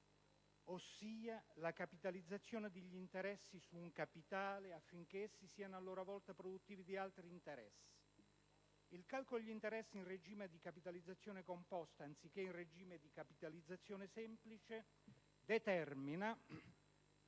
ossia la capitalizzazione degli interessi su un capitale, affinché essi siano a loro volta produttivi di altri interessi. Il calcolo degli interessi in regime di capitalizzazione composta anziché in regime di capitalizzazione semplice determina